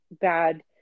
bad